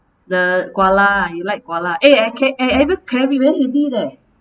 the koala you like koala eh I ca~ I ever carry very heavy leh